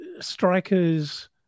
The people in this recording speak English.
strikers